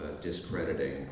discrediting